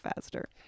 faster